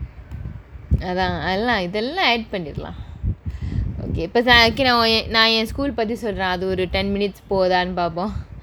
அதான் அதலாம் இதெல்லாம்:athaan athalaam ithellaam add பண்ணிரலாம்:panniralaam okay இப்ப தான் ஆகின:ippa thaan aagina நான் என்:naan en school பத்தி சொல்றேன் அது ஒரு:paththi solraen athu oru ten minutes போவுதான்னு பார்போம்:povuthaannu paarpom